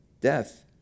death